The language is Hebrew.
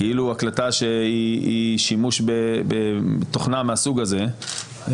הקלטה בשימוש בתוכנה מהסוג הזה,